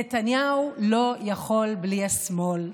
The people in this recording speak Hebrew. נתניהו לא יכול בלי השמאל.